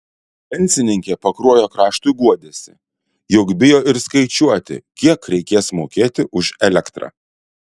pensininkė pakruojo kraštui guodėsi jog bijo ir skaičiuoti kiek reikės mokėti už elektrą